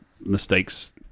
mistakes